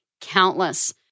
countless